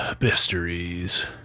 Mysteries